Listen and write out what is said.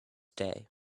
day